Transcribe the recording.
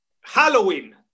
Halloween